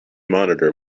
monitor